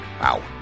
Wow